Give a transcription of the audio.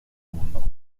mundo